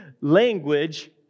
language